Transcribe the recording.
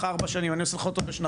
ארבע שנים אני עושה לך אותו בשנתיים.